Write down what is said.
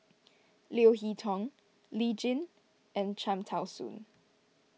Leo Hee Tong Lee Tjin and Cham Tao Soon